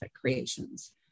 creations